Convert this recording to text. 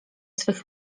swych